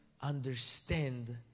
understand